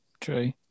true